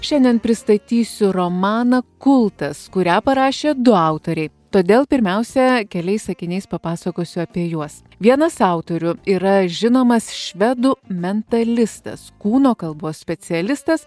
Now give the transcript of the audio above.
šiandien pristatysiu romaną kultas kurią parašė du autoriai todėl pirmiausia keliais sakiniais papasakosiu apie juos vienas autorių yra žinomas švedų mentalistas kūno kalbos specialistas